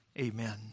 amen